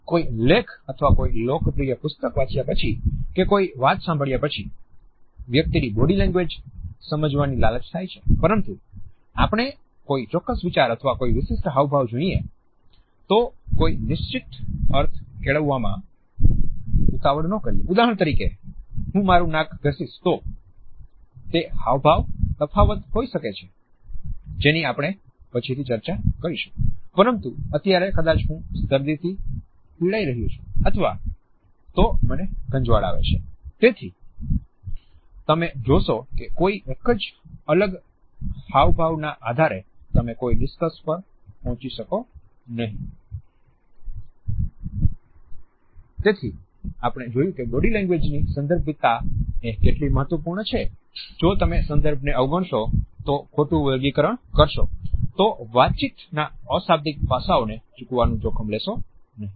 કોઈ લેખ અથવા કોઈ લોકપ્રિય પુસ્તક વાંચ્યા પછી કે કોઈ વાત સાંભળ્યા પછી વ્યક્તિની બોડી લેંગ્વેજ સમજવાની લાલચ થાય છે પરંતુ આપણે કોઈ ચોક્કસ વિચાર અથવા કોઈ વિશિષ્ટ હાવભાવ જોઈને કોઈ નિશ્ચિત અર્થ કેળવવામાં ઉતાવળ નઉદાહરણ તરીકે હું મારું નાક ઘસીસ તો તે હાવભાવના તફાવત હોઈ શકે છે જેની આપણે પછીથી ચર્ચા કરીશું પરંતુ અત્યારે કદાચ હું શરદી થી પીડાઈ રહ્યો છું અથવા તો મને ખંજવાળ આવેતેથી તમે જોશો કે કોઈ એક જ અલગ હાવભાવના આધારે તમે કોઈ નિષ્કર્ષ પર પહોંચી શકો નહીં